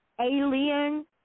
alien